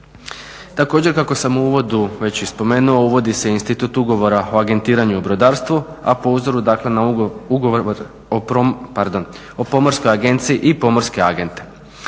Također, kako sam u uvodu već i spomenuo uvodi se institut ugovora o agentiranju u brodarstvu a po uzoru dakle na ugovor o, pardon o pomorskoj agenciji i pomorske agente.